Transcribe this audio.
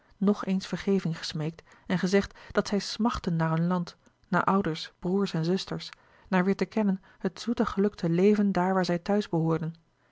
nog eéns vergeving gesmeekt en gezegd dat zij smàchtten naar hun land naar ouders broêrs en zusters naar weêr te kennen het zoete geluk te leven daar waar zij thuis behoorden